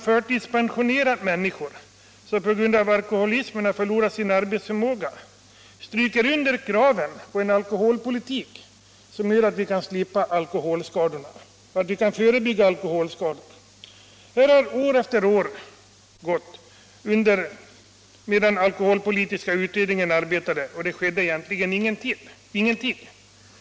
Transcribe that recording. Förtidspensionering av människor som på grund av alkoholism har förlorat sin arbetsförmåga understryker kraven på en alkoholpolitik, som gör att vi kan slippa alkoholskadorna genom att förebygga dem. Här gick år efter år medan den alkoholpolitiska utredningen arbetade, och det skedde egentligen ingenting.